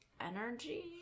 energy